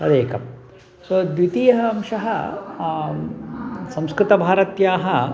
तदेकं सो द्वितीयः अंशः संस्कृतभारत्याः